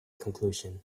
conclusion